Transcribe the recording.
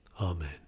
Amen